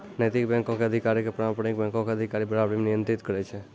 नैतिक बैंको के अधिकारी के पारंपरिक बैंको के अधिकारी बराबरी मे नियंत्रित करै छै